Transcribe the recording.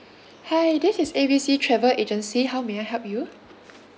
hi this is A B C travel agency how may I help you